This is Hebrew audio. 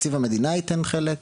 תקציב המדינה ייתן חלק,